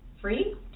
free